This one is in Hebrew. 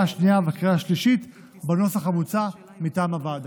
השנייה ובקריאה השלישית בנוסח המוצע מטעם הוועדה.